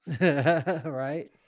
Right